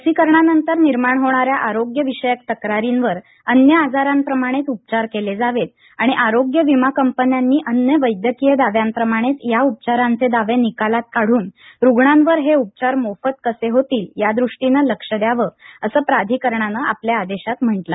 लसीकरणानंतर निर्माण होणाऱ्या आरोग्य विषयक तक्रारींवर अन्य आजारांप्रमाणेच उपचार केले जावेत आणि आरोग्य विमा कंपन्यांनी अन्य वैद्यकीय दाव्यांप्रमाणेच या उपचारांचे दावे निकालात काढून रुग्णांवर हे उपचार मोफत कसे होतील यादृष्टीनं लक्ष द्यावं असं प्राधिकरणानं आपल्या आदेशात म्हटलं आहे